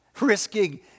risking